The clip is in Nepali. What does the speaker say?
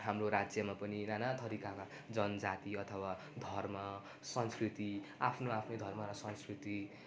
हाम्रो राज्यमा पनि नानाथरीका जनजाति अथवा धर्म संस्कृति आफ्नै आफ्नै धर्म र संस्कृति